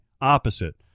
opposite